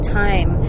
time